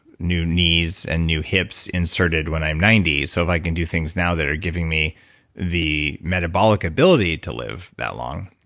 knees and new hips inserted when i'm ninety. so if i can do things now that are giving me the metabolic ability to live that long